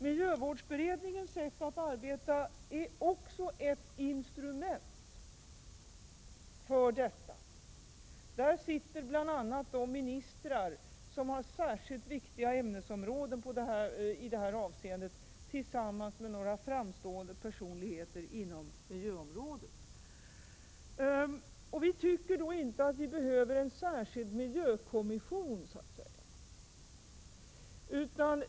Miljövårdsberedningens sätt att arbeta är också ett instrument för detta. I beredningen sitter bl.a. de ministrar som har särskilt viktiga ämnesområden i detta avseende tillsammans med några framstående personer inom miljöområdet. Vi tycker inte att vi skall behöva en särskild miljökommission.